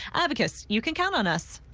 because you can count on us.